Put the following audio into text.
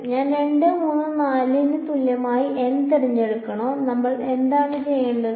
ഞാൻ 2 3 4 ന് തുല്യമായ n തിരഞ്ഞെടുക്കണോ നമ്മൾ എന്താണ് ചെയ്യേണ്ടത്